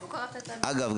אגב,